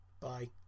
bye